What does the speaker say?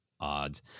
odds